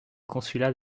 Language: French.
consulat